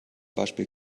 beispiel